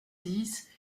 dix